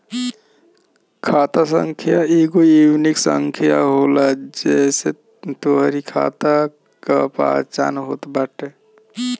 खाता संख्या एगो यूनिक संख्या होला जेसे तोहरी खाता कअ पहचान होत बाटे